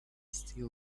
steel